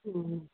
ம்